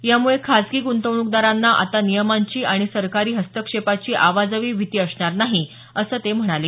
यामुळे खाजगी ग्रंतवणूकदारांना आता नियमनांची आणि सरकारी हस्तक्षेपाची अवाजवी भीती असणार नाहीअसं ते म्हणाले